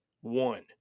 One